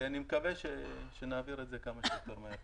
אני מקווה שנעביר את זה כמה שיותר מהר.